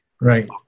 Right